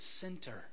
center